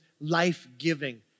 life-giving